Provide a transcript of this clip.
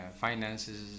finances